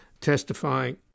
testifying